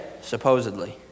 supposedly